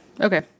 Okay